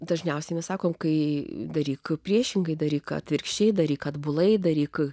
dažniausiai sakome kai daryk priešingai daryk atvirkščiai daryk atbulai daryk